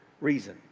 reason